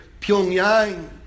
Pyongyang